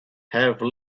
have